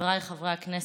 חבריי חברי הכנסת,